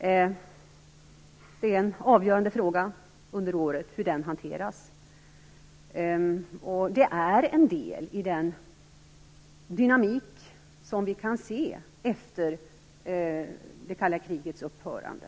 Hur den hanteras är en avgörande fråga under året. Det är en del i den dynamik som vi kan se efter det kalla krigets upphörande.